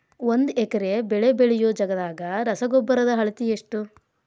ಒಂದ್ ಎಕರೆ ಬೆಳೆ ಬೆಳಿಯೋ ಜಗದಾಗ ರಸಗೊಬ್ಬರದ ಅಳತಿ ಎಷ್ಟು?